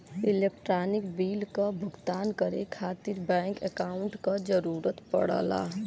electronic bill क भुगतान करे खातिर बैंक अकांउट क जरूरत पड़ला